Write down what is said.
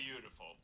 Beautiful